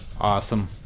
Awesome